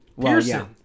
Pearson